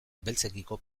beltzekiko